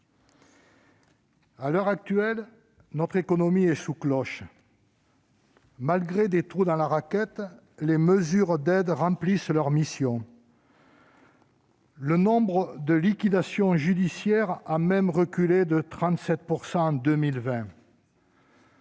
À l'heure actuelle, notre économie est sous cloche. Malgré des trous dans la raquette, les mesures d'aide remplissent leur mission. Le nombre de liquidations judiciaires a même reculé de 37 % en 2020.